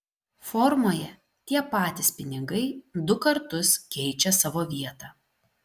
formoje tie patys pinigai du kartus keičia savo vietą